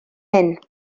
hyn